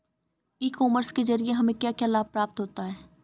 ई commerce के ज़रिए हमें क्या क्या लाभ प्राप्त होता है?